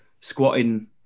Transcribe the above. squatting